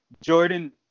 Jordan